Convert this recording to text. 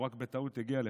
הוא רק בטעות הגיע לפה,